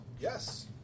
yes